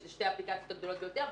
שתי אפליקציות הגדולות ביותר,